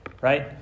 Right